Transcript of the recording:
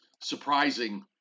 surprising